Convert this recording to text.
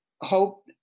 hope